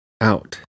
out